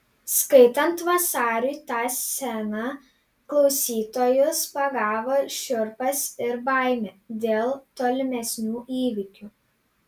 skaitant vasariui tą sceną klausytojus pagavo šiurpas ir baimė dėl tolimesnių įvykių